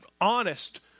honest